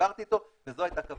דיברתי איתו וזו הייתה כוונתו,